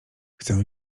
chcę